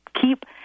keep